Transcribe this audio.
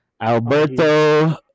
Alberto